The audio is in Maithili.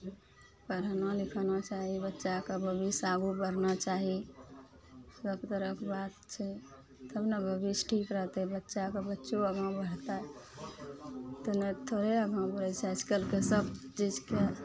पढ़ना लिखना चाही बच्चाके भविष्य आगू बढ़ना चाही सब तरहके बात छै तब ने भविष्य ठीक रहतय बच्चाके बच्चो आगा बढ़तइ तऽ ने थोड़े आगा बढ़ि जाइ आइज काल्हिके सब चीजके